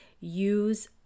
Use